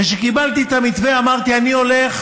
וכשקיבלתי את המתווה אמרתי: אני הולך